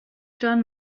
john